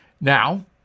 Now